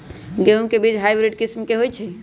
गेंहू के बीज हाइब्रिड किस्म के होई छई?